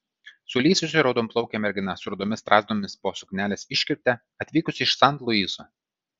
sulysusi raudonplaukė mergina su rudomis strazdanomis po suknelės iškirpte atvykusi iš san luiso